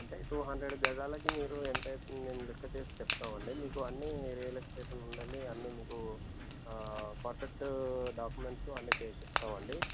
అంటే two hundred గజాలకి మీరు ఎంతవుతుందో మేము లెక్క చేసి చెప్తామండి మీకు అన్ని రియల్ ఎస్టేటు ఉందండి అన్ని మీకు పర్ఫెక్ట్ డాక్యుమెంట్స్ అన్ని చేసిస్తామండి